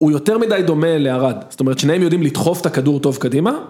הוא יותר מדי דומה לארד, זאת אומרת שניהם יודעים לדחוף את הכדור טוב קדימה.